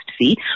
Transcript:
see